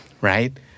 right